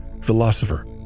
philosopher